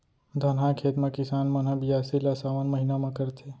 धनहा खेत म किसान मन ह बियासी ल सावन महिना म करथे